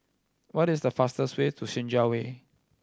what is the fastest way to Senja Way